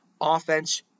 offense